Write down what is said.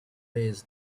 wears